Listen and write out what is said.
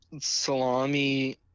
salami